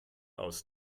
aus